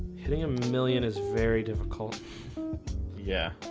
hitting a million is very difficult yeah,